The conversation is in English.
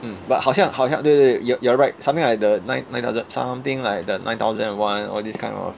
mm but 好像好像 no no wait you are you are right something like the nine nine thousand something like the nine thousand and one all this kind of